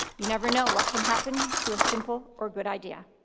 you never know what can happen to a simple or good idea.